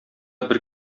бер